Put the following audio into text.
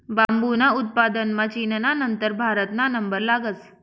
बांबूना उत्पादनमा चीनना नंतर भारतना नंबर लागस